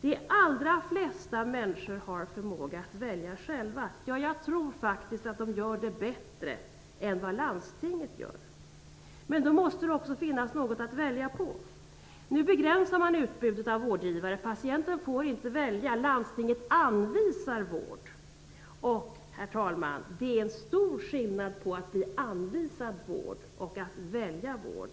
De allra flesta människor har förmåga att välja själva. Jag tror faktiskt att de gör det bättre än vad landstinget gör. Men då måste det också finnas något att välja på. Nu begränsar man utbudet av vårdgivare. Patienten får inte välja. Landstinget anvisar vård. Och, herr talman, det är en stor skillnad på att bli anvisad vård och att välja vård.